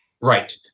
Right